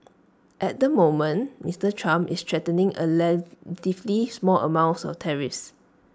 at the moment Mister Trump is threatening A small amounts of tariffs